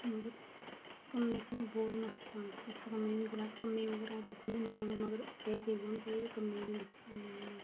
होर कम्मै च में बहुत मस्त आं जिस कम्मै बगैर आ'ऊं रज्जनी नेईं ऐ मगर सेह्त ठीक होनी चाहिदी कम्मै गी में